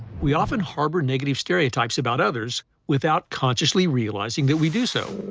we often harbor negative stereotypes about others without consciously realizing that we do so.